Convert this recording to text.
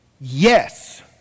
Yes